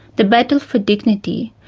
the battle for dignity,